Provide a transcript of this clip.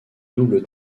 double